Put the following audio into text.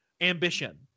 ambition